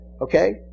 Okay